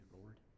Lord